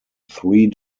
three